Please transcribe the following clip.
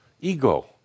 Ego